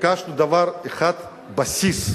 ביקשנו דבר אחד, בסיס,